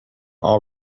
all